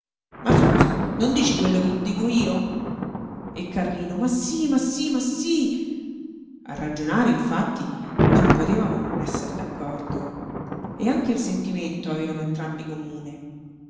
ma scusa non dici quello che dico io e carlino ma sí ma sí ma sí a ragionare infatti non potevano non esser d'accordo e anche il sentimento avevano entrambi comune